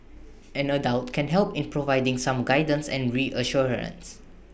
an adult can help in providing some guidance and reassurance